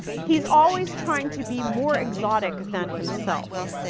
he's always trying to be more exotic than himself,